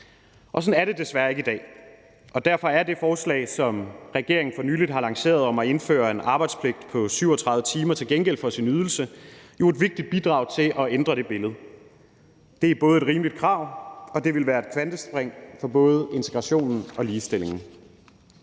Sådan er det desværre ikke i dag, og derfor er det forslag, som regeringen for nyligt har lanceret om at indføre en arbejdspligt på 37 timer til gengæld for sin ydelse, jo et vigtigt bidrag til at ændre det billede. Det er både et rimeligt krav, og det vil være et kvantespring for både integrationen og ligestillingen,